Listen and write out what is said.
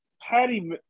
Patty